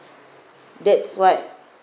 that's what